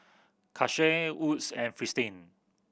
Karcher Wood's and Fristine